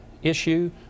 issue